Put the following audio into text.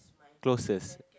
closest